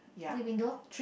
three window